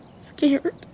scared